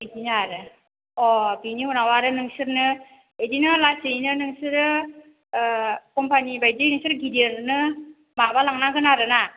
बिदिनो आरो अह बिनि उनाव आरो नोंसोरनो बिदिनो लासैनो नोंसोरो ओह कम्पानि बायदि नोंसोर गिदिरनो माबालांनांगोन आरोना